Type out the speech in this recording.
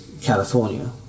California